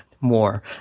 more